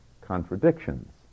contradictions